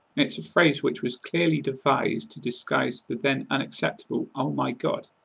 it's a phrase which was clearly devised to disguise the then unacceptable oh my god!